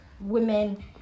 women